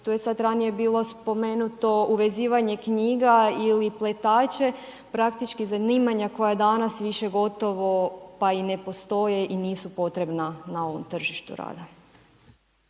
to je sada ranije bilo spomenuto uvezivanje knjiga ili pletače, praktički zanimanja koja danas više gotovo pa i ne postoje i nisu potrebna na ovom tržištu rada.